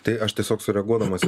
tai aš tiesiog sureaguodamas